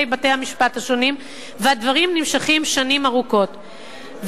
בתי-המשפט השונים והדברים נמשכים שנים ארוכות,